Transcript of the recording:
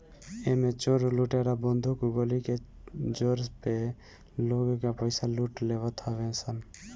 एमे चोर लुटेरा बंदूक गोली के जोर पे लोग के पईसा लूट लेवत हवे सन